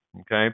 Okay